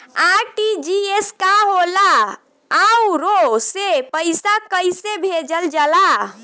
RTGS का होला आउरओ से पईसा कइसे भेजल जला?